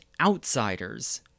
outsiders